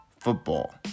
football